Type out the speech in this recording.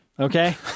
Okay